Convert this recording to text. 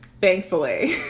thankfully